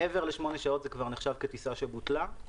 מעבר לשמונה שעות זה נחשב טיסה שבוטלה,